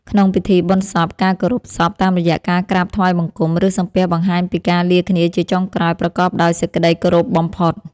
ក្នុងពិធីបុណ្យសព ការគោរពសពតាមរយៈការក្រាបថ្វាយបង្គំ ឬសំពះបង្ហាញពីការលាគ្នាជាចុងក្រោយប្រកបដោយសេចក្តីគោរពបំផុត។